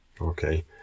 Okay